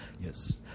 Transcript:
Yes